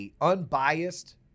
unbiased